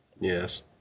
Yes